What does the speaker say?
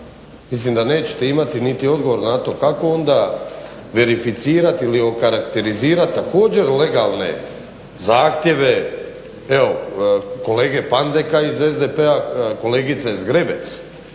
mislim da nećete imati niti odgovor na to, kako onda verificirati ili okarakterizirati također legalne zahtjeve, evo kolege Pandeka iz SDP-a, kolegice Zgrebec